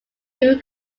even